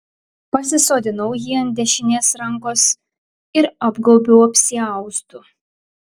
pasisodinau jį ant dešinės rankos ir apgaubiau apsiaustu